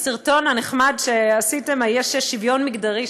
בסרטון הנחמד שעשיתם יש שוויון מגדרי,